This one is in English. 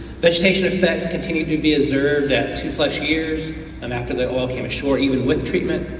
vegetation effects continue to be observed at two plus years um after the oil came ashore, even with treatment.